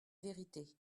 verité